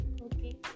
Okay